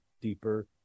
deeper